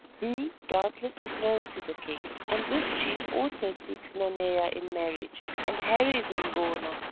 who doubtless is known to the king, and this chief also seeks nanea in marriage and harries umgona,